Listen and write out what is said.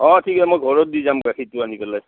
অঁ ঠিক আছে মই ঘৰত দি যাম গাখীৰটো আনি পেলাই